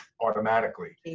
automatically